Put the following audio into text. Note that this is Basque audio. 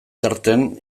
tartean